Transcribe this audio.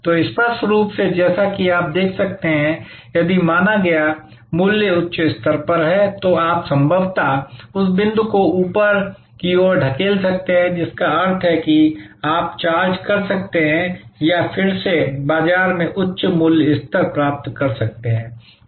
तो स्पष्ट रूप से जैसा कि आप देख सकते हैं कि यदि माना गया मूल्य उच्च स्तर पर है तो आप संभवतः इस बिंदु को ऊपर की ओर धकेल सकते हैं जिसका अर्थ है कि आप चार्ज कर सकते हैं या आप फिर से बाजार में उच्च मूल्य स्तर प्राप्त कर सकते हैं